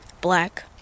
Black